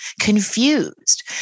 confused